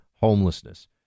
homelessness